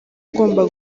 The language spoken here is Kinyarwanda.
ugomba